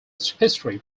history